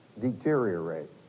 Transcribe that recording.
deteriorate